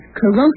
corrosive